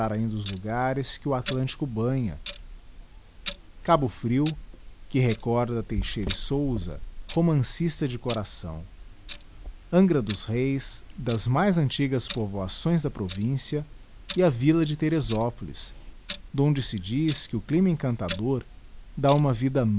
ainda os lògarés qiíe o atlântico banha cabo frio que recorda teixeira e souza romancista de coração angra dos reis das mais antigas povoações da província e a villa de therezopolis donde se diz que o clima encantador dá uma vida